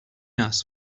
است